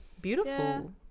beautiful